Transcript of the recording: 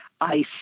ice